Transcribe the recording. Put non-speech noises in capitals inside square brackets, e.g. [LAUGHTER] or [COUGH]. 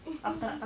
[BREATH] mmhmm